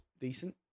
decent